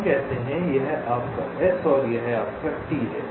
हम कहते हैं कि यह आपका S है और यह आपका T है